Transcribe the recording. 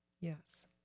Yes